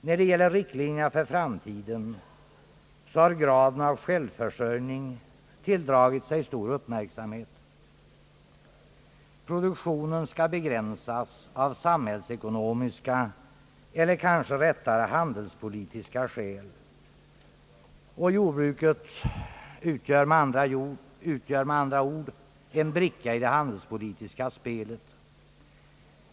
När det gäller riktlinjerna för framtiden, så har graden av självförsörjning tilldragit sig stor uppmärksamhet. Produktionen skall begränsas av samhällsekonomiska, eller kanske rättare handelspolitiska skäl. Jordbruket utgör med andra ord en bricka i det handelspolitiska spelet.